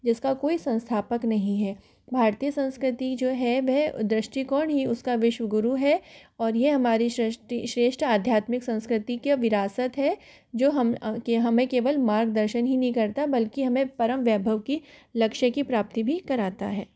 जिसका कोई संस्थापक नहीं है भारतीय संस्कृति जो है वह दृष्टिकोण ही उसका विश्वगुरु है और यह हमारे सृष्टि श्रेष्ट अध्यात्मक संस्कृति का विरासत है जो हम हमें केवल मार्गदर्शन ही नहीं करता बल्कि हमें परम वैभव की लक्ष्य की प्राप्ति भी कराता है